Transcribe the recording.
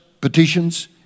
petitions